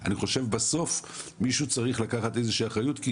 אני חושב שבסוף מישהו צריך לקחת איזושהי אחריות כי